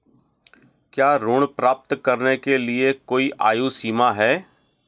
क्या ऋण प्राप्त करने के लिए कोई आयु सीमा है?